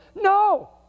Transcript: No